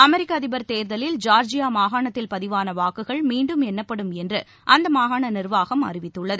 அமெரிக்கஅதிபர் தேர்தலில் ஜார்ஜியாமாகாணத்தில் பதிவானவாக்குகள் மீண்டம் எண்ணப்படும் என்றுஅந்தமாகாணநிர்வாகம் அறிவித்துள்ளது